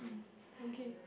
mm okay